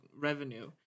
revenue